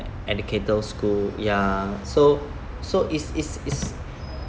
educator school ya so so is is is